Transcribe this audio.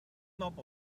knob